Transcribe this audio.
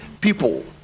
people